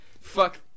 fuck